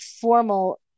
formal